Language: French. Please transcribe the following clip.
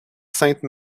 sainte